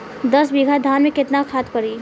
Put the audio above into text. दस बिघा धान मे केतना खाद परी?